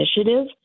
initiative